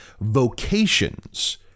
vocations